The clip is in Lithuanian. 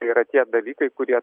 tai yra tie dalykai kurie